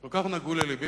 כל כך נגעו ללבי,